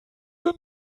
der